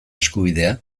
eskubidea